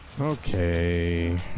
Okay